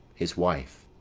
his wife,